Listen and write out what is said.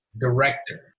director